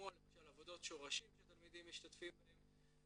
כמו למשל עבודות שורשים שתלמידים משתתפים בהן,